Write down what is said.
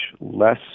less